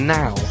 now